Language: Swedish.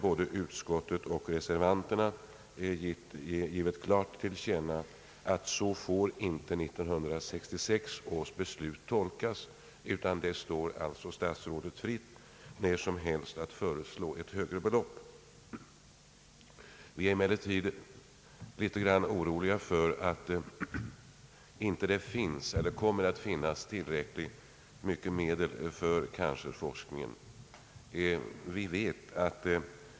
Både utskottet och reservanterna har klart tillkännagivit att 1966 års beslut inte får tolkas så, utan det står alltså statsrådet fritt att när som helst föreslå ett högre belopp. Vi är emellertid litet oroliga för att det inte kommer att finnas tillräckliga medel för cancerforskningen.